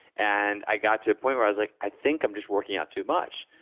and i got to a point where i was like, i think i'm just working out too much.